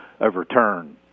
overturn